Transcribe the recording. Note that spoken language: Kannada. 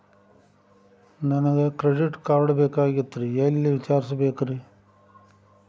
ನನಗೆ ಕ್ರೆಡಿಟ್ ಕಾರ್ಡ್ ಬೇಕಾಗಿತ್ರಿ ಎಲ್ಲಿ ವಿಚಾರಿಸಬೇಕ್ರಿ?